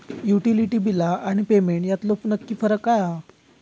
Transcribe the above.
Utility बिला आणि payment यातलो नक्की फरक काय हा?